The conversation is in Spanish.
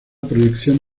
proyección